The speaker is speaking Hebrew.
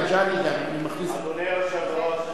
אדוני היושב-ראש,